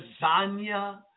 lasagna